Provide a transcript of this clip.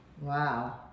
Wow